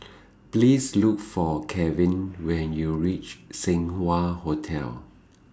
Please Look For Calvin when YOU REACH Seng Wah Hotel